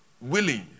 willing